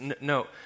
No